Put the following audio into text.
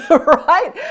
right